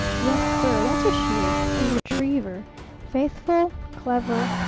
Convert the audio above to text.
yes, sir, that's what she is a retriever faithful, clever,